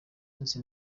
nzi